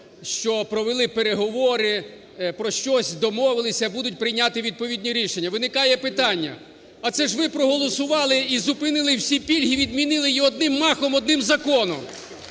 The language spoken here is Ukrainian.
що провели переговори, про щось домовилися, будуть приймати відповідні рішення. Виникає питання: а це ж ви проголосували і зупинили всі пільги, відмінили їх одним махом, одним законом.